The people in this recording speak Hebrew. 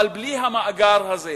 אבל בלי המאגר הזה.